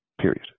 Period